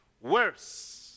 worse